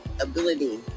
ability